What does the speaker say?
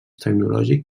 tecnològic